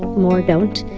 more don't